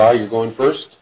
are you going first